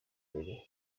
mbere